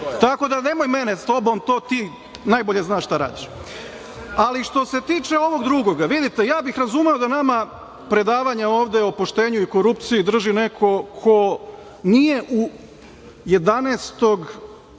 tako nemoj mene sa tobom. Ti najbolje znaš šta radiš. Što se tiče ovog drugog, ja bih razumeo da nama predavanja ovde o poštenju i korupciji drži neko ko nije 11. jula,